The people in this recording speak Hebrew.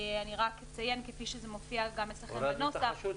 רק אציין כפי שזה מופיע גם אצלכם בנוסח,